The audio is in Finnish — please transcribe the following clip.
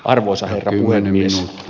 arvoisa herra puhemies